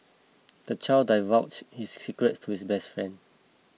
the child divulged his secrets to his best friend